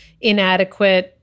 inadequate